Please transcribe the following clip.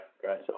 Great